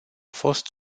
fost